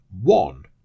One